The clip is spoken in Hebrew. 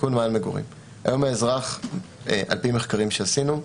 היום האזרח, לפי מחקרים שעשינו,